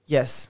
Yes